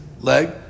leg